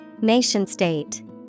Nation-state